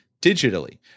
digitally